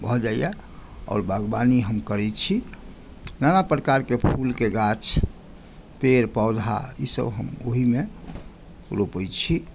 भऽ जाइए आओर बागवानी हम करैत छी नानाप्रकारके फूलके गाछ पेड़ पौधा ईसभ हम ओहिमे रोपैत छी